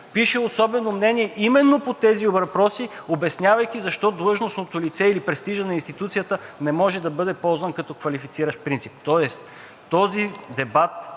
пише особено мнение именно по тези въпроси, обяснявайки защо длъжностното лице или престижът на институцията не може да бъде ползван като квалифициращ принцип. Този дебат